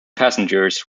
passengers